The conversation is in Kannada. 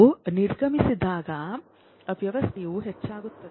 ಅದು ನಿರ್ಗಮಿಸಿದಾಗ ವ್ಯವಸ್ಥೆಯು ಹೆಚ್ಚಾಗುತ್ತದೆ